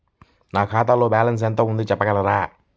నా ఖాతాలో బ్యాలన్స్ ఎంత ఉంది చెప్పగలరా?